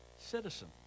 citizen